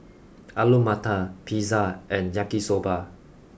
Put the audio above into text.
Alu Matar Pizza and Yaki soba